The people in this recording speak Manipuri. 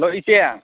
ꯍꯜꯂꯣ ꯏꯆꯦ